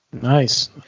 Nice